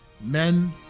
men